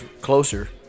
closer